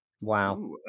Wow